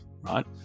right